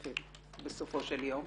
4,000 בסופו של יום.